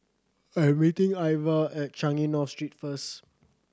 I am meeting Iva at Changi North Street first